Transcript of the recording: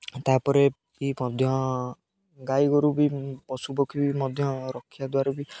ତାପରେ ବି ମଧ୍ୟ ଗାଈ ଗୋରୁ ବି ପଶୁପକ୍ଷୀ ବି ମଧ୍ୟ ରଖିବା ଦ୍ୱାରା ବି